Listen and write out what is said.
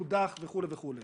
מודח וכולי וכולי.